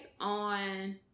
on